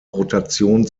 rotation